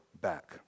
back